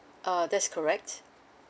uh that's correct